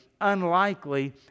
unlikely